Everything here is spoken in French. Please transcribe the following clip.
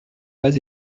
pas